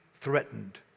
threatened